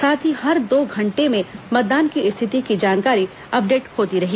साथ ही हर दो घंटे में मतदान की स्थिति की जानकारी अपडेट होती रही